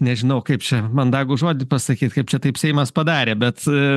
nežinau kaip čia mandagų žodį pasakyt kaip čia taip seimas padarė bet